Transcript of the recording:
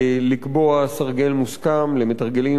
ולקבוע סרגל מוסכם למתרגלים